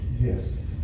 Yes